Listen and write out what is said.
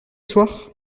soir